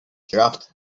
dropped